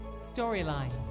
Storylines